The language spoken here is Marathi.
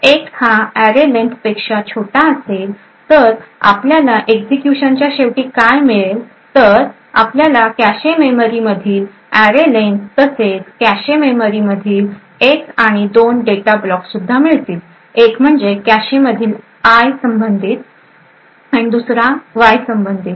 जर X हा array len पेक्षा छोटा असेल तर आपल्याला एक्झिक्युशन च्या शेवटी काय मिळेल तर आपल्याला कॅशे मेमरी मधील array len तसेच कॅशे मेमरी मधील X आणि दोन डेटा ब्लॉक्स सुद्धा मिळतील एक म्हणजे कॅशे मधील आय संबंधित आणि दुसरा वाय संबंधित